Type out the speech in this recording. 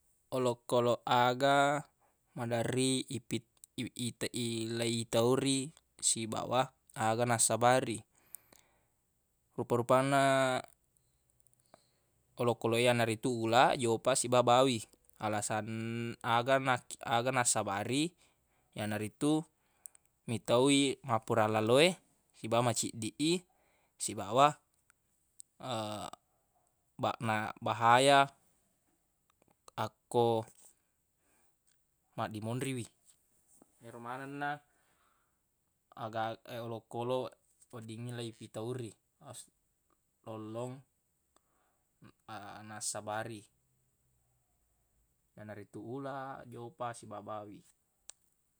Olokoloq aga maderri ipit- ite- i- ileitori sibawa aga nassabari rupa-rupanna olokoq e yanaritu ulaq jopang siba bawi alasan aga na- aga nassabari yanaritu metau i mappura lalo e siba maciddiq i sibawa ba- ma- bahaya akko maddimonri wi ero manenna aga olokoloq weddingnge leipittori as- lollong nassabari yanaritu ulaq jopang siba bawi